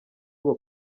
ngo